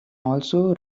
also